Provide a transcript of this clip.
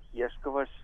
ieškau aš